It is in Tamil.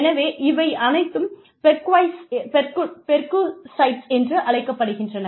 எனவே இவை அனைத்தும் பெர்குசைட்ஸ் என்று அழைக்கப்படுகின்றன